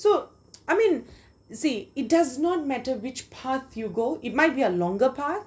so I mean you see it does not matter which path you go might be a longer path